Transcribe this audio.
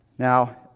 Now